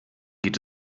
geht